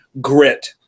grit